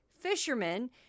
fishermen